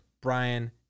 Brian